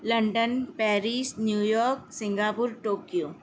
London Paris New York Singapore Tokyo